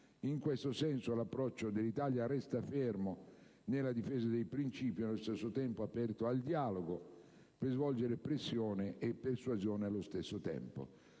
In questo senso, l'approccio dell'Italia nella difesa dei principi resta fermo e allo stesso tempo aperto al dialogo per svolgere pressione e persuasione allo stesso tempo.